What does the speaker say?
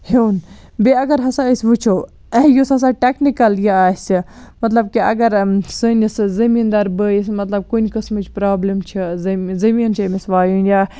ہیٚون بہ اگر ہَسا أسۍ وِچھو یُس ہَسا ٹیٚکنِکل یہ آسہِ مطلب کہ اگر سٲنِس زٔمین دار بٲیس مطلب کُنہ قسمٕچ پرابلِم چھِ زٔمیٖن زٔمیٖن چھُ أمِس وایُن یا